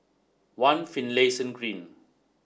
One Finlayson Green